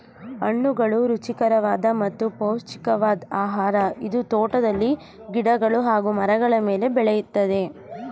ಹಣ್ಣುಗಳು ರುಚಿಕರವಾದ ಮತ್ತು ಪೌಷ್ಟಿಕವಾದ್ ಆಹಾರ ಇದು ತೋಟಗಳು ಗಿಡಗಳು ಹಾಗೂ ಮರಗಳ ಮೇಲೆ ಬೆಳಿತದೆ